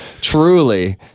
Truly